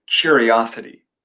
curiosity